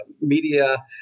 media